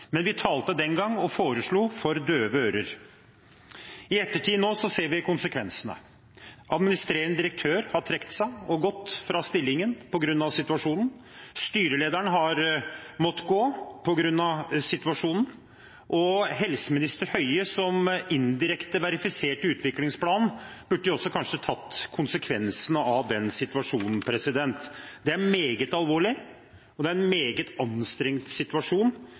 Men vi talte den gang – og foreslo – for døve ører. Nå i ettertid ser vi konsekvensene. Administrerende direktør har trukket seg og gått fra stillingen på grunn av situasjonen, styrelederen har måttet gå på grunn av situasjonen, og helseminister Høie, som indirekte verifiserte utviklingsplanen, burde kanskje også tatt konsekvensene av den situasjonen. Det er meget alvorlig, og det er en meget anstrengt situasjon